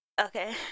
okay